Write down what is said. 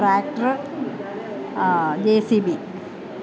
tractor JCB